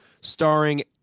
starring